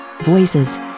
Voices